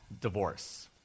divorce